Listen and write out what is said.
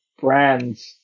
brands